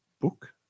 book